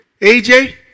AJ